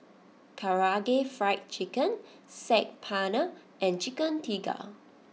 Karaage Fried Chicken Saag Paneer and Chicken Tikka